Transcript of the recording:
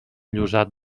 llosat